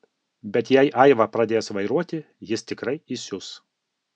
bet jei aiva pradės vairuoti jis tikrai įsius